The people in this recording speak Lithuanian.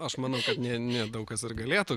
aš manau kad nė nė daug kas ar galėtų